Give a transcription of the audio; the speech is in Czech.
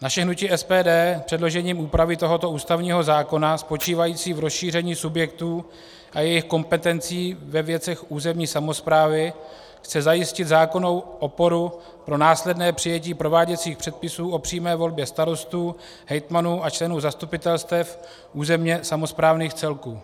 Naše hnutí SPD předložením úpravy tohoto ústavního zákona spočívající v rozšíření subjektů a jejich kompetencí ve věcech územní samosprávy chce zajistit zákonnou oporu pro následné přijetí prováděcích předpisů o přímé volbě starostů, hejtmanů a členů zastupitelstev územně samosprávných celků.